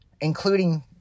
including